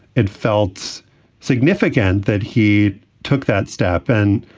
it felt significant that he took that step. and,